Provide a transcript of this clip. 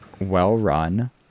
well-run